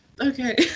Okay